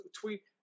tweet